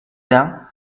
dain